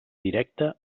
directe